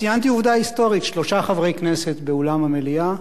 ציינתי עובדה היסטורית: שלושה חברי כנסת באולם המליאה.